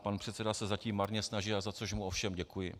Pan předseda se zatím marně snaží, za což mu ovšem děkuji.